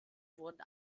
wurden